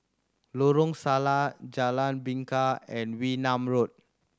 Lorong Salleh Jalan Bingka and Wee Nam Road